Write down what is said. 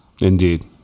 Indeed